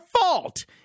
fault